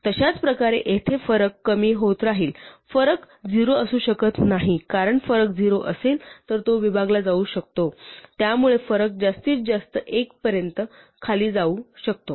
तशाच प्रकारे येथे फरक कमी होत राहील फरक 0 असू शकत नाही कारण फरक 0 असेल तर तो विभागला जाऊ शकतो त्यामुळे फरक जास्तीत जास्त 1 पर्यंत खाली जाऊ शकतो